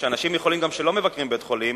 וגם אנשים שלא מבקרים בבית-החולים